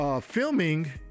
Filming